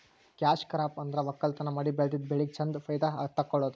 cash crop ಅಂದ್ರ ವಕ್ಕಲತನ್ ಮಾಡಿ ಬೆಳದಿದ್ದ್ ಬೆಳಿಗ್ ಚಂದ್ ಫೈದಾ ತಕ್ಕೊಳದು